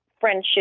friendship